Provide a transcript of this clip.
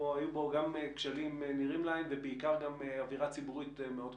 גם כשלים נראים לעין ובעיקר גם אווירה ציבורית מאוד קשה.